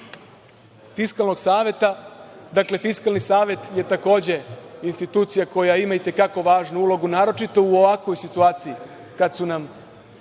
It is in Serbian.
Fiskalnog saveta, to je takođe institucija koja ima i te kako važnu ulogu, naročito u ovakvoj situaciji, kada su nam